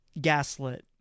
gaslit